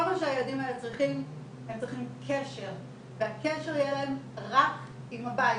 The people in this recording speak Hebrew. כל מה שהילדים האלה צריכים הם צריכים קשר והקשר יהיה להם רק עם הבית,